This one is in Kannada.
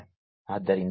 ಆದ್ದರಿಂದ 1